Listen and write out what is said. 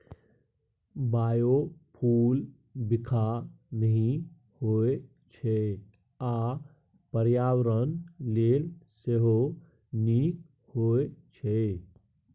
biofuel बिखाह नहि होइ छै आ पर्यावरण लेल सेहो नीक होइ छै